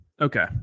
Okay